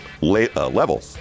level